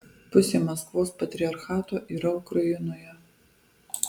pusė maskvos patriarchato yra ukrainoje